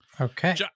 Okay